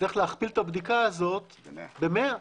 צריך להכפיל את הבדיקה הזאת ב-100,